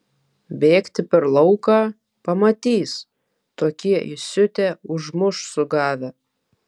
bėgti per lauką pamatys tokie įsiutę užmuš sugavę